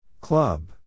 Club